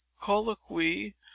colloquy